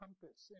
compass